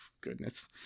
Goodness